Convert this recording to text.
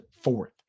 fourth